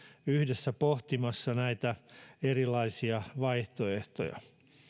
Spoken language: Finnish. yhdessä pohtimassa näitä erilaisia vaihtoehtoja